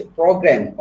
program